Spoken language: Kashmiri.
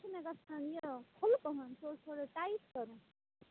سُہ چھُ مےٚ گَژھان یہِ کھُلہٕ پَہَم سُہ اوس تھوڑا ٹایِٹ کَرُن